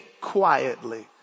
quietly